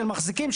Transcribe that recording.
של מחזיקים,